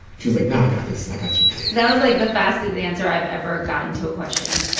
she was like nah, i got this. i got you that was, like, the fastest answer i've ever gotten to a question.